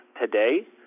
today